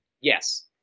Yes